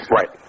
Right